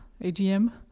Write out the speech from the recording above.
AGM